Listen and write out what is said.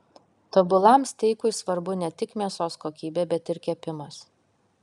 tobulam steikui svarbu ne tik mėsos kokybė bet ir kepimas